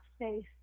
face